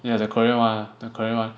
ya the Korean [one] the Korean [one]